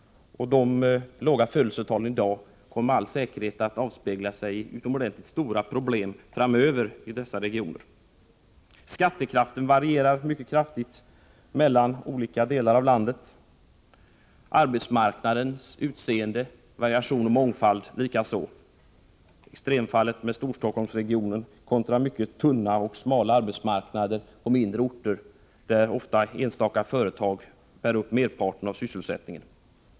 Och de låga födelsetalen i dag kommer med all säkerhet att avspegla sig i utomordentligt stora problem framöver i dessa regioner. Skattekraften varierar mycket kraftigt mellan olika delar av landet. Arbetsmarknadens variation och bredd växlar, från Storstockholms mångfald till utomordentligt svaga och smala arbetsmarknader på mindre orter, där ofta enstaka företag bär upp merparten av sysselsättningen.